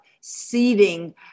seeding